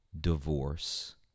divorce